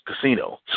casino